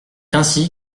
ainsi